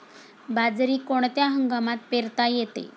बाजरी कोणत्या हंगामात पेरता येते?